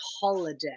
holiday